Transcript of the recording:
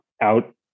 out